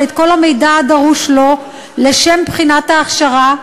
את כל המידע הדרוש לו לשם בחינת ההכשרה,